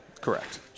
Correct